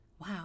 Wow